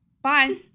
bye